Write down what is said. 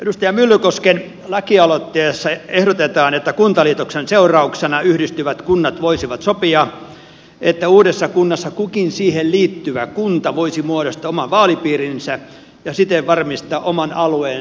edustaja myllykosken lakialoitteessa ehdotetaan että kuntaliitoksen seurauksena yhdistyvät kunnat voisivat sopia että uudessa kunnassa kukin siihen liittyvä kunta voisi muodostaa oman vaalipiirinsä ja siten varmistaa oman alueensa edustuksen